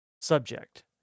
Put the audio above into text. subject